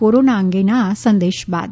corona અંગેના આ સંદેશ બાદ